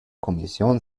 kommission